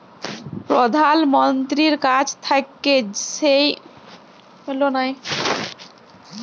প্রধাল মন্ত্রীর কাছ থাক্যে যেই সুরক্ষা বীমা গুলা হ্যয়